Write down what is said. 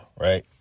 right